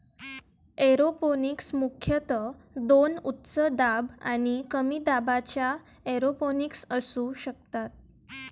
aeroponics मुख्यतः दोन उच्च दाब आणि कमी दाबाच्या एरोपोनिक्स असू शकतात